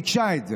שביקשה את זה.